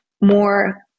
more